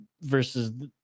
versus